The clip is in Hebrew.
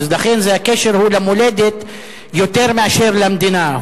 ולכן הקשר הוא למולדת יותר מאשר למדינה,